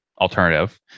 Alternative